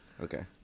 Okay